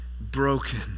broken